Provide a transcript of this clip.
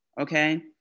Okay